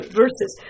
verses